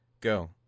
go